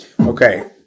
Okay